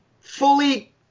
fully